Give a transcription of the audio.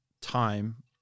time